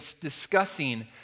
discussing